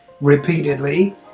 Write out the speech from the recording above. Repeatedly